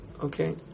okay